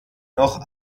noch